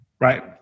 Right